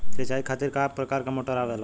सिचाई खातीर क प्रकार मोटर आवेला?